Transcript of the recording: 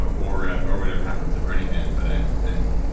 um or ah or whatever happens at burning man. but i'm i'm